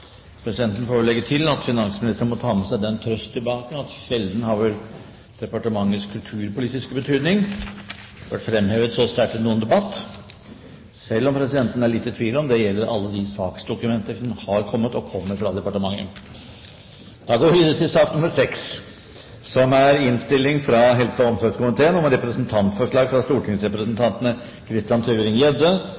Presidenten får legge til at finansministeren må ta med seg den trøst tilbake at sjelden har vel departementets kulturpolitiske betydning vært fremhevet så sterkt i noen debatt, selv om presidenten er litt i tvil om det gjelder alle de saksdokumenter som har kommet og kommer fra departementet. Etter ønske fra helse- og omsorgskomiteen vil presidenten foreslå at taletiden begrenses til 40 minutter og